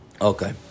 okay